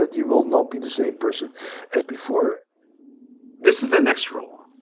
ah you will not be the same person as before this is the next rule.